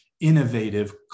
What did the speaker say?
innovative